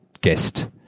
guest